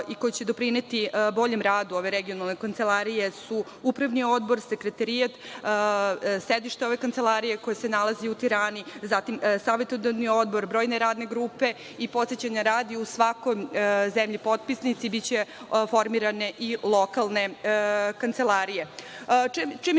i koji će doprineti boljem radu ove regionalne kancelarije su upravni odbor, sekretarijat, sedište ove kancelarije koje se nalazi u Tirani, zatim savetodavni odbor i brojne radne grupe. Podsećanja radi, u svakoj zemlji potpisnici biće formirane i lokalne kancelarije. Čemu će